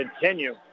continue